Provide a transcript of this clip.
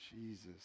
Jesus